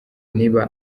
niba